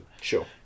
Sure